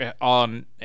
on